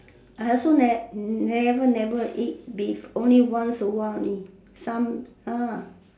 I also never never eat beef only once a while only some ah